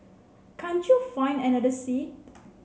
can't you find another seat